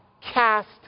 cast